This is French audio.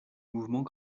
mouvements